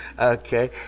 Okay